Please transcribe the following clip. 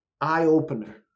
eye-opener